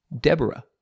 Deborah